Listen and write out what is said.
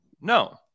No